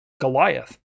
Goliath